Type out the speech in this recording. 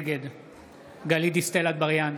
נגד גלית דיסטל אטבריאן,